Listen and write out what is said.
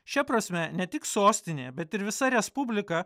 šia prasme ne tik sostinė bet ir visa respublika